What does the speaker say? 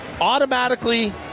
automatically